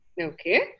Okay